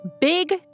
big